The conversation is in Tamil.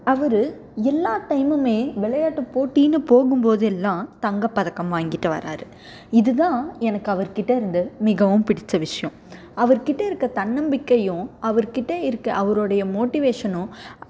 அவர் எல்லா டைமும் விளையாட்டு போட்டின்னு போகும் போதெல்லாம் தங்கம் பதக்கம் வாங்கிட்டு வர்றார் இது தான் எனக்கு அவர் கிட்டேருந்து மிகவும் பிடித்த விஷ்யம் அவர் கிட்டருக்கற தன்னம்பிக்கையும் அவர் கிட்டருக்கற அவரோடய மோட்டிவேஸனும்